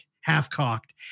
half-cocked